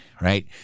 right